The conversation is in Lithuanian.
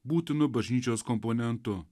būtinu bažnyčios komponentu